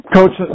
Coach